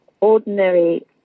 ordinary